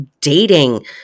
dating